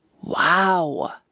wow